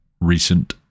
recent